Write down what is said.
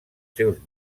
seus